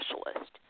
specialist